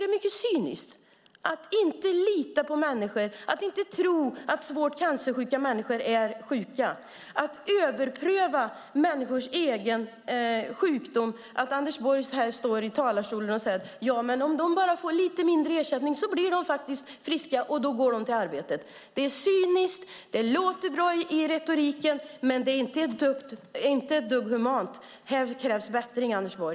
Det är cyniskt att inte lita på människor, att inte tro att svårt cancersjuka är sjuka och att överpröva människors sjukdom. Anders Borg säger i talarstolen att om människor bara får mindre i ersättning blir de friska och går tillbaka till arbetet. Det kanske låter bra i retoriken, men det är cyniskt och inte ett dugg humant. Här krävs bättring, Anders Borg!